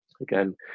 Again